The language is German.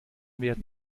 werden